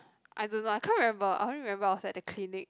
I don't know I can't remember I only remember I was at the clinic